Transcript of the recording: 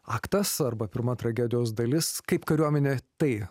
aktas arba pirma tragedijos dalis kaip kariuomenė tai